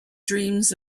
dreams